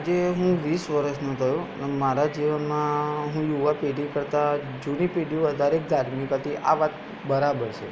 આજે હું વીસ વર્ષનો થયો અને મારા જીવનમાં હું યુવા પેઢી કરતાં જૂની પેઢી વધારે ધાર્મિક હતી આ વાત બરાબર છે